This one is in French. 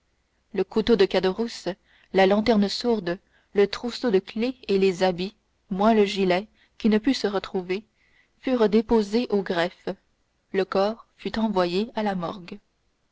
le couteau de caderousse la lanterne sourde le trousseau de clefs et les habits moins le gilet qui ne put se retrouver furent déposés au greffe le corps fut emporté à la morgue